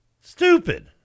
Stupid